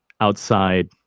outside